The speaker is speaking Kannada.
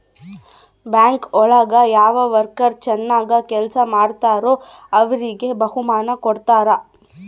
ಬ್ಯಾಂಕ್ ಒಳಗ ಯಾವ ವರ್ಕರ್ ಚನಾಗ್ ಕೆಲ್ಸ ಮಾಡ್ತಾರೋ ಅವ್ರಿಗೆ ಬಹುಮಾನ ಕೊಡ್ತಾರ